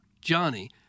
Johnny